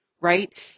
right